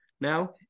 now